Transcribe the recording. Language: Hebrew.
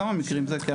כמה מקרים זה?